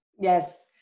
Yes